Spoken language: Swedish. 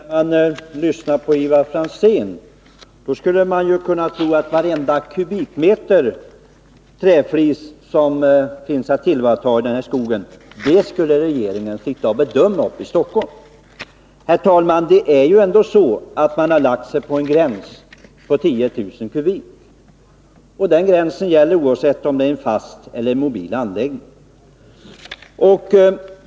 Herr talman! När man lyssnar på Ivar Franzén skulle man kunna tro att varenda kubikmeter träflis som finns att tillvarata i skogen skulle vara något som regeringen skall sitta och bedöma här i Stockholm. Det är ju ändå så att förslaget gäller en gräns på 10 000 m?. Den gränsen gäller oavsett om det är fråga om en fast eller en mobil anläggning.